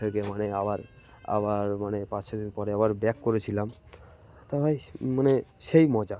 থেকে মানে আবার আবার মানে পাঁচ ছ দিন পরে আবার ব্যাক করেছিলাম তা হয় মানে সেই মজা